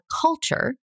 culture